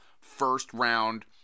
first-round